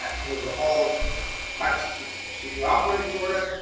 because it was all of five six weeks ago. so you alpharetta georgia.